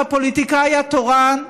הפוליטיקאי התורן,